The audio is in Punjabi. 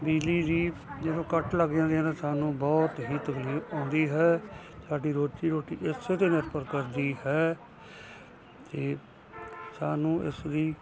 ਬਿਜਲੀ ਦੀ ਜਦੋਂ ਕੱਟ ਲੱਗ ਜਾਂਦੇ ਸਾਨੂੰ ਬਹੁਤ ਹੀ ਤਕਲੀਫ ਆਉਂਦੀ ਹੈ ਸਾਡੀ ਰੋਜ਼ੀ ਰੋਟੀ ਇਸੇ 'ਤੇ ਨਿਰਭਰ ਕਰਦੀ ਹੈ ਅਤੇ ਸਾਨੂੰ ਇਸਦੀ